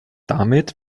damit